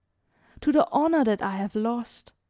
to the honor that i have lost.